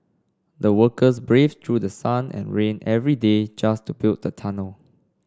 the workers braved through sun and rain every day just to build the tunnel